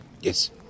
Yes